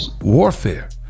warfare